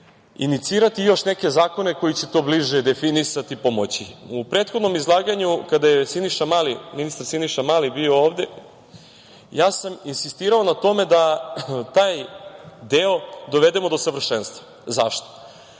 inicirati još neke zakone koji će to bliže definisati i pomoći.U prethodnom izlaganju, kada je ministar Siniša Mali bio ovde, ja sam insistirao na tome da taj deo dovedemo do savršenstva. Zašto?